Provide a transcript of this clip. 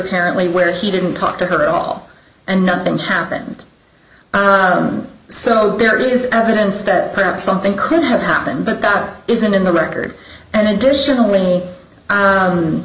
parently where he didn't talk to her at all and nothing happened so there is evidence that perhaps something could have happened but that isn't in the record and additionally i